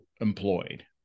employed